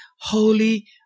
holy